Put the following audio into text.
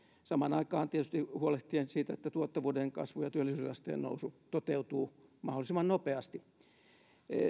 samaan aikaan tietysti huolehtien siitä että tuottavuuden kasvu ja työllisyysasteen nousu toteutuvat mahdollisimman nopeasti